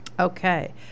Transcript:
Okay